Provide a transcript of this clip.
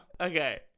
Okay